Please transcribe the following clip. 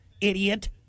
idiot